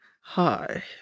Hi